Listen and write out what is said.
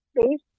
please